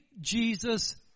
Jesus